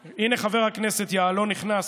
הינה, חבר הכנסת יעלון נכנס.